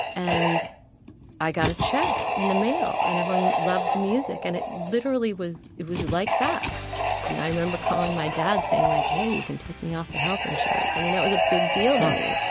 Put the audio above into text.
and i got a check in the mail and everyone loved the music and it literally was it was like that i remember calling my dad saying like hey you can take me off the health insurance. i mean that was a big deal to me.